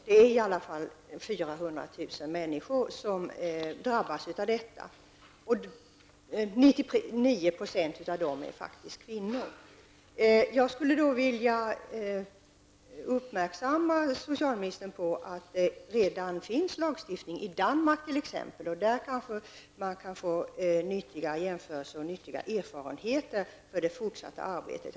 Det är i alla fall 400 000 människor som drabbas, varav 99 % faktiskt är kvinnor. Jag skulle vilja göra socialministern uppmärksam på att det redan finns lagstiftning på området, t.ex. i Danmark. Där kan man kanske få nyttiga erfarenheter för det fortsatta arbetet.